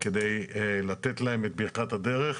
זאת על מנת לתת להם את ברכת הדרך,